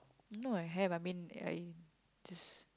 no I have I mean I just